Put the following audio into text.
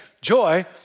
Joy